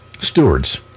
stewards